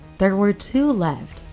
there were two left,